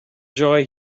joy